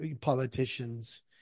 politicians